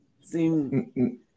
seem